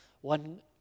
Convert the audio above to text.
one